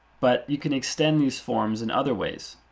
but you can extend these forms in other ways.